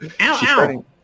ow